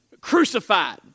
crucified